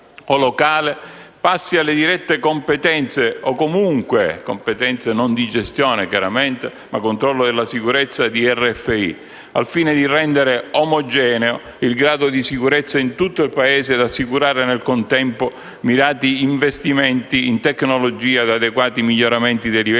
passi alle dirette competenze (competenze non di gestione, chiaramente) e al controllo della sicurezza della RFI, al fine di rendere omogeneo il grado di sicurezza in tutto il Paese ed assicurare, nel contempo, mirati investimenti in tecnologia ed adeguati miglioramenti dei livelli